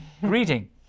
greeting